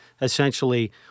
essentially